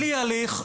בלי הליך,